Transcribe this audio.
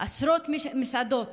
עשרות מסעדות